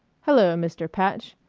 hello, mr. patch,